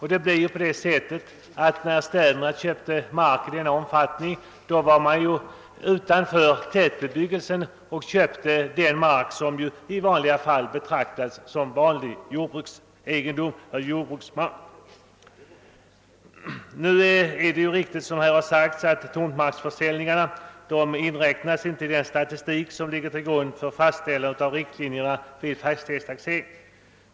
Genom dessa stora markförvärv kom man utanför tätortsbebyggelsen och köpte mark som i vanliga fall betraktas som jordbruksmark. Det är riktigt som här har sagts att tomtmarksförsäljningarna inte inräknas i den statistik som ligger till grund för fastställande av riktlinjerna för fastighetstaxering.